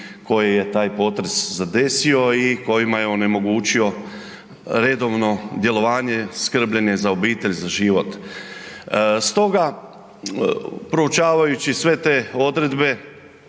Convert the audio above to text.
koji je taj potres zadesio i kojima je onemogućio redovno djelovanje, skrbljenje za obitelj, za život. Stoga proučavajući sve te odredbe